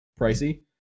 pricey